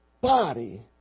body